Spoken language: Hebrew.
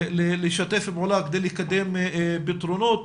לשתף פעולה כדי לקדם פתרונות.